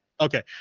Okay